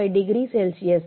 5 degree Celsius